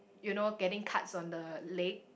you know getting cuts on the leg